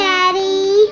Daddy